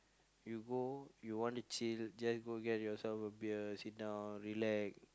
you go you want to chill just go get yourself a beer sit down relax